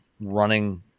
running